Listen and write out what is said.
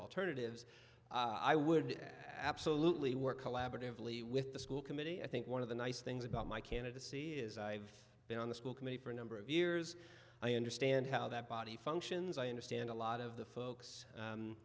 alternatives i would absolutely work collaboratively with the school committee i think one of the nice things about my candidacy is i've been on the school committee for a number of years i understand how that body functions i understand a lot of the folks